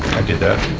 i did that.